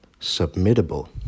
submittable